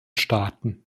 staaten